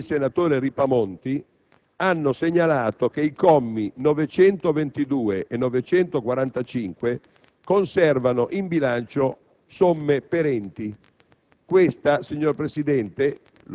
I senatori Vegas e Ripamonti hanno segnalato che i commi 922 e 945 conservano in bilancio somme perenti.